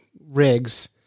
rigs